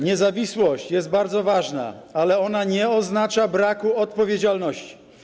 Niezawisłość jest bardzo ważna, ale ona nie oznacza braku odpowiedzialności.